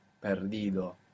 perdido